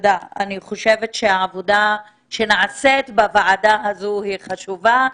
אני חושבת שהעבודה שנעשית בוועדה הזאת חשובה,